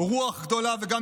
רוח גדולה וגם